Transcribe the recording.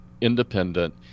independent